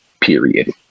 Period